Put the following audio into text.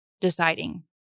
deciding